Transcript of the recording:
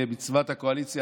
במצוות הקואליציה,